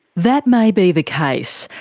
that may be the case,